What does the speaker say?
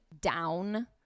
down